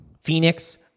Phoenix